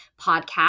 podcast